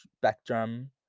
spectrum